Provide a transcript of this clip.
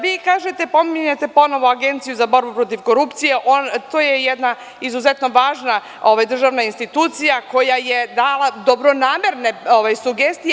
Vi kažete, pominjete ponovo Agenciju za borbu protiv korupcije, to je jedna izuzetno važna državna institucija koja je dala dobronamerne sugestije.